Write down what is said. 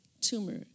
tumor